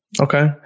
Okay